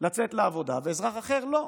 לצאת לעבודה ואזרח אחר לא,